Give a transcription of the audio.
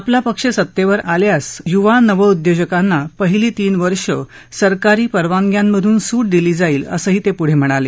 आपला पक्ष सत्तेवर आल्यास युवा नव उद्योजकांना पहिली तीन वर्षं सरकारी परवानय्यांमधून सूट दिली जाईल असं ते पुढं म्हणाले